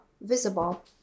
visible